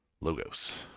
logos